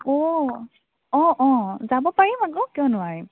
অও অ অ যাব পাৰিম আকৌ কিয় নোৱাৰিম